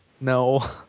No